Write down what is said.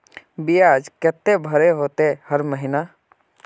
बियाज केते भरे होते हर महीना?